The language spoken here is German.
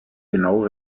genau